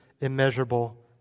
immeasurable